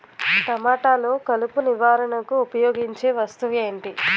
టమాటాలో కలుపు నివారణకు ఉపయోగించే వస్తువు ఏంటి?